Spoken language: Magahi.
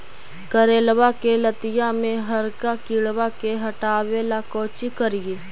करेलबा के लतिया में हरका किड़बा के हटाबेला कोची करिए?